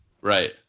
Right